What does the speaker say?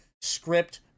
script